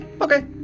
Okay